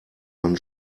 man